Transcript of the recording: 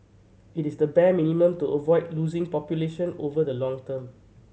it is the bare minimum to avoid losing population over the long term